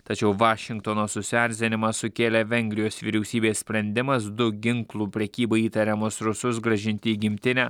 tačiau vašingtono susierzinimą sukėlė vengrijos vyriausybės sprendimas du ginklų prekyba įtariamus rusus grąžinti į gimtinę